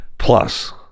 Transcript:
Plus